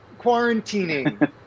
quarantining